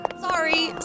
Sorry